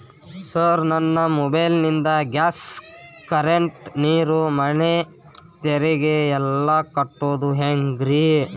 Sir ನನ್ನ mobile ನಿಂದ gas, current, ನೇರು, ಮನೆ ತೆರಿಗೆ ಎಲ್ಲಾ ಕಟ್ಟೋದು ಹೆಂಗ್ರಿ?